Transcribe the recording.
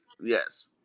Yes